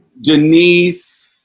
Denise